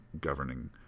governing